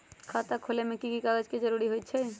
खाता खोले में कि की कागज के जरूरी होई छइ?